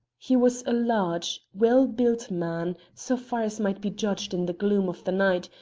he was a large, well-built man, so far as might be judged in the gloom of the night,